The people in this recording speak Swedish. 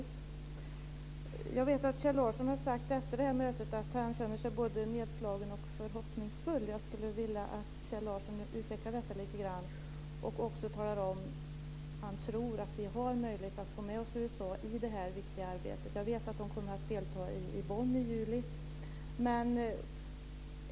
Jag vet att Kjell Larsson efter det här mötet har sagt att han känner sig både nedslagen och förhoppningsfull. Jag skulle vilja att Kjell Larsson utvecklade detta lite grann och att han talade om ifall han tror att vi har möjlighet att få med oss USA i det här viktiga arbetet. Jag vet att man kommer att delta i Bonn i juli.